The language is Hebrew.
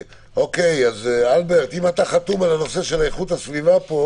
אולי נכון להוסיף ליד סעיף 7(ב):